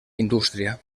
indústria